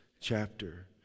chapter